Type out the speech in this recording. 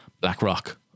BlackRock